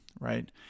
right